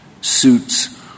suits